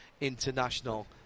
International